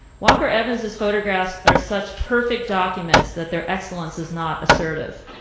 walker evans's photographs are such perfect documents that their excellence is not assertive.